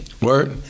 Word